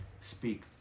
speak